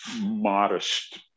modest